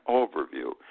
overview